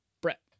brett